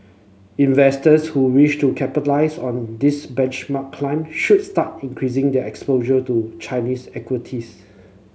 investors who wish to capitalise on this benchmark climb should start increasing their exposure to Chinese equities